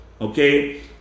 Okay